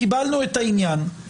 קיבלנו את העניין.